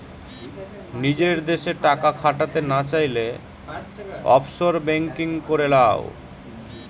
নিজের দেশে টাকা খাটাতে না চাইলে, অফশোর বেঙ্কিং করে লাও